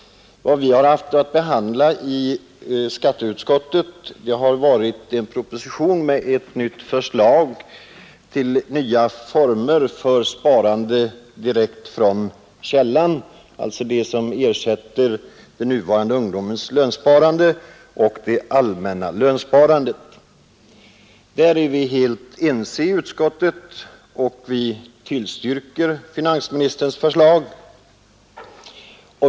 Vad vi har haft att behandla i skatteutskottet har varit en proposition med ett förslag till nya former för sparande direkt vid källan som skall ersätta de nuvarande sparformerna ungdomens lönsparande och allmänna lönsparandet. Vi är helt ense i utskottet och tillstyrker finansministerns förslag.